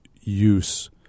use